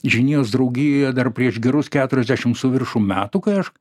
žinijos draugijoje dar prieš gerus keturiasdešim su viršum metų kai aš